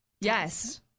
Yes